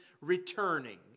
returning